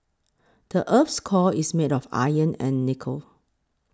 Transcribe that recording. the earth's core is made of iron and nickel